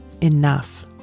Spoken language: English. Enough